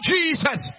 Jesus